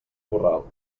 corral